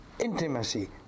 Intimacy